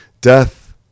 Death